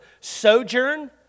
Sojourn